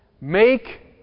Make